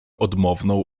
odmowną